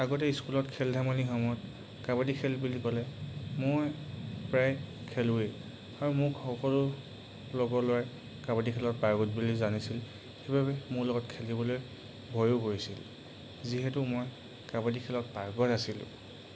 আগতে স্কুলত খেল ধেমালি সময়ত কাবাডী খেল বুলি ক'লে মই প্ৰায় খেলোৱেই আৰু মোক সকলো লগৰ ল'ৰাই কাবাডী খেলত পাৰ্গত বুলি জানিছিল সেইবাবে মোৰ লগত খেলিবলৈ ভয়ো কৰিছিল যিহেতু মই কাবাডী খেলত পাৰ্গত আছিলোঁ